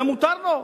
זה מותר לו.